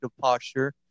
posture